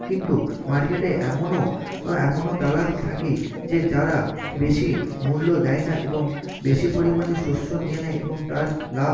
কিন্তু মার্কেটে এমনও এমনও দালাল থাকে যে যারা বেশি মূল্য দেয় না এবং বেশি পরিমাণে শস্য নিয়ে নেয় এবং তার লাভ